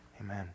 Amen